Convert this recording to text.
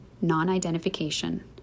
non-identification